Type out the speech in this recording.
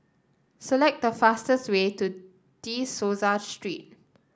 select the fastest way to De Souza Street